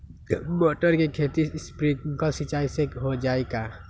मटर के खेती स्प्रिंकलर सिंचाई से हो जाई का?